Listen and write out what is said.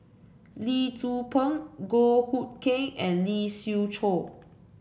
Lee Tzu Pheng Goh Hood Keng and Lee Siew Choh